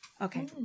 Okay